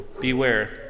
Beware